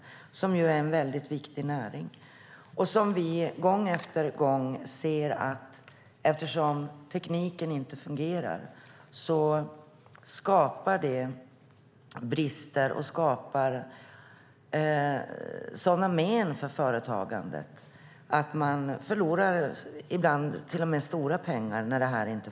Denna näring är mycket viktig. Eftersom tekniken inte fungerar ser vi gång efter gång att det skapar brister och sådana men för företagandet att man ibland förlorar stora pengar.